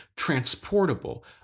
transportable